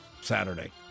Saturday